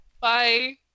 Bye